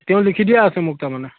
তেওঁ লিখি দিয়া আছে মোক তাৰমানে